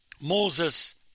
Moses